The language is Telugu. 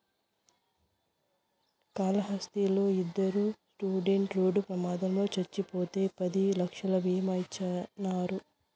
కాళహస్తిలా ఇద్దరు స్టూడెంట్లు రోడ్డు ప్రమాదంలో చచ్చిపోతే పది లక్షలు బీమా ఇచ్చినారు